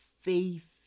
faith